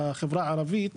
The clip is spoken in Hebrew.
בחברה הערבית.